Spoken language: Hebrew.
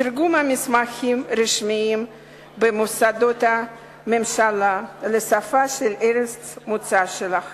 תרגום מסמכים רשמיים במוסדות הממשלה לשפה של ארץ מוצאם.